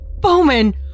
Bowman